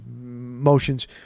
motions